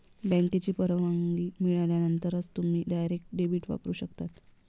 बँकेची परवानगी मिळाल्यानंतरच तुम्ही डायरेक्ट डेबिट वापरू शकता